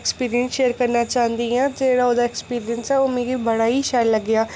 experience share करना चांह्दी आं जेह्ड़ा ओह्दा एक्सपीरियंस ऐ ओह् मिगी बड़ा ई शैल लग्गेआ